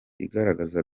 igaragaza